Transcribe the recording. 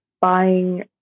buying